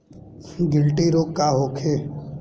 गिल्टी रोग का होखे?